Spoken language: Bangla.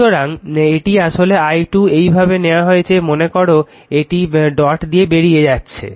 সুতরাং এটি আসলে i2 এটি এইভাবে নেওয়া হয়েছে মনে করো এটি ডট থেকে বেরিয়ে যাচ্ছে